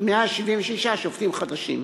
176 שופטים חדשים,